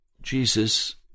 jesus